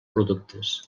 productes